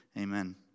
Amen